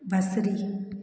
बसिरी